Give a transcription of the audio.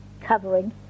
covering